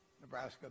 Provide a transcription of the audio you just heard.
Nebraska